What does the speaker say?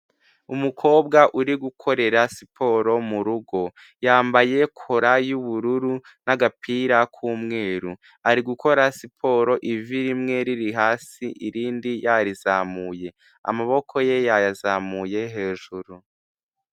Umukobwa uri gukorera siporo mu rugo yambaye kora y'ubururu n'agapira k'umweru ari gukora siporo ivi rimwe riri hasi irindi yaririzamuye, amaboko ye yayazamuye hejuru.